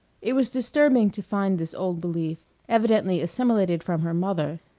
it was disturbing to find this old belief, evidently assimilated from her mother,